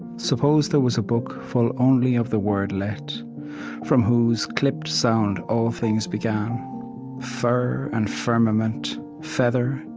suppose there was a book full only of the word let from whose clipped sound all things began fir and firmament, feather,